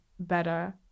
better